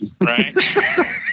Right